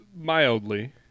Mildly